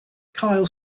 kyle